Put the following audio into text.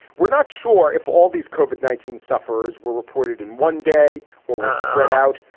we're not sure if all these covered nineteen sufferers were reported in one day or were spread out.